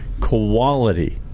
quality